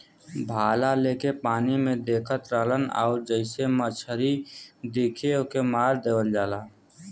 भाला लेके पानी में देखत रहलन आउर जइसे मछरी दिखे ओके मार देवल जाला